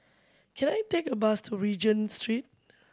can I take a bus to Regent Street